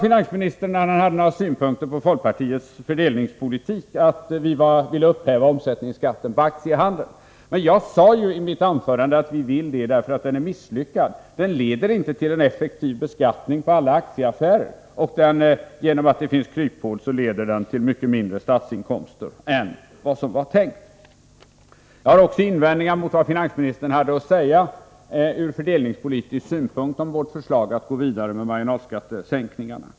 Finansministern hade några synpunkter på folkpartiets fördelningspolitik och sade att vi vill upphäva omsättningsskatten på aktiehandeln. Men jag sade ju i mitt anförande att vi vill det för att den är misslyckad. Den leder inte till en effektiv beskattning av alla aktieaffärer. Genom att det finns kryphål leder den till mycket lägre statsinkomster än som var tänkt. Jag har också invändningar mot det finansministern hade att säga ur fördelningspolitisk synpunkt om vårt förslag att gå vidare med marginalskattesänkningarna.